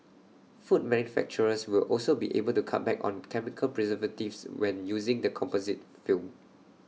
food manufacturers will also be able to cut back on chemical preservatives when using the composite film